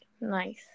nice